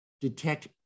detect